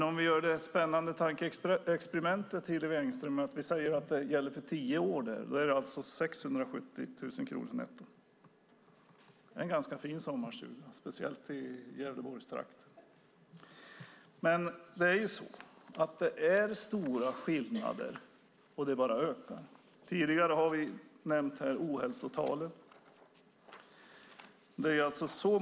Om vi gör det spännande tankeexperimentet, Hillevi Engström, och säger att det gäller för tio år så är det alltså 670 000 kronor netto. Det är en ganska fin sommarstuga, speciellt i Gävleborgstrakten. Det är stora skillnader, och de bara ökar. Tidigare har vi nämnt ohälsotalen.